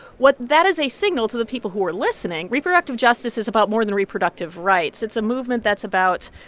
what that is a signal to the people who are listening, reproductive justice is about more than reproductive rights. it's a movement that's about,